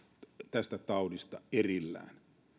tästä taudista erillään